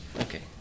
Okay